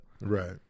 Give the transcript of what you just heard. Right